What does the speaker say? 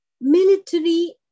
military